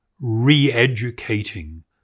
re-educating